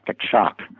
shock